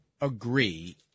agree